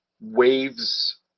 waves